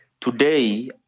Today